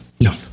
No